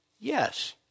Yes